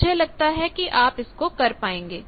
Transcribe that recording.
मुझे लगता है कि आप इसको कर पाएंगे